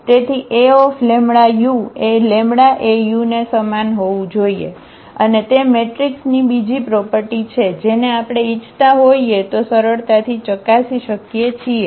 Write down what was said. તેથી Aλu એ λAu ને સમાન હોવું જોઈએ અને તે મેટ્રિક્સની બીજી પ્રોપર્ટી છે જેને આપણે ઇચ્છતા હોઈએ તો સરળતાથી ચકાસી શકીએ છીએ